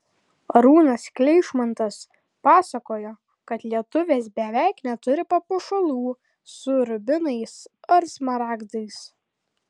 arūnas kleišmantas pasakojo kad lietuvės beveik neturi papuošalų su rubinais ar smaragdais